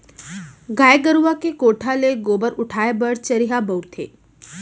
गाय गरूवा के कोठा ले गोबर उठाय बर चरिहा बउरथे